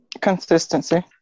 Consistency